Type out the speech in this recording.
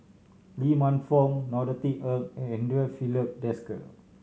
Lee Man Fong Norothy Ng and Andre Filipe Desker